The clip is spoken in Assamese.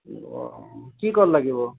অঁ কি কল লাগিব